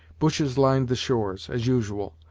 bushes lined the shores, as usual,